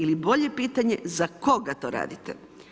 Ili bolje pitanje, za koga to radite?